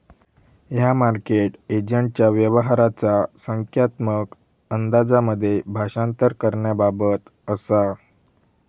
ह्या मार्केट एजंटच्या व्यवहाराचा संख्यात्मक अंदाजांमध्ये भाषांतर करण्याबाबत असा